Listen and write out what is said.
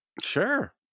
Sure